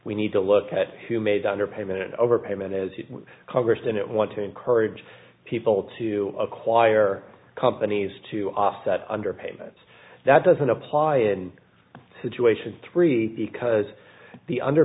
we need to look at who made under payment overpayment as congress didn't want to encourage people to acquire companies to offset under payments that doesn't apply in situations three because the under